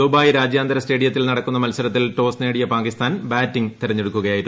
Dubai രാജ്യാന്തര സ്റ്റേഡിയത്തിൽ നടക്കുന്ന മത്സരത്തിൽ ടോസ് നേടിയ പാകിസ്ഥാൻ ബാറ്റിംഗ് തെരഞ്ഞെടുക്കുകയായിരുന്നു